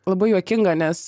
labai juokinga nes